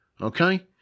Okay